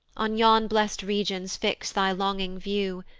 on yon blest regions fix thy longing view,